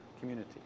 community